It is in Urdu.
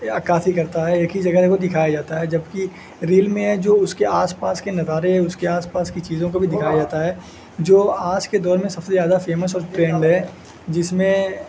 عکاسی کرتا ہے ایک ہی جگہ کو دکھایا جاتا ہے جب کہ ریل میں جو اس کے آس پاس کے نظارے اس کے آس پاس کی چیزوں کو بھی دکھایا جاتا ہے جو آس کے دور میں سب سے زیادہ فیمس اور ٹرینڈ ہے جس میں